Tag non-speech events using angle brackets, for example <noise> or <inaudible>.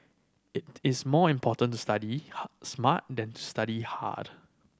it is more important to study <unintelligible> smart than to study hard